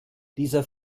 dieser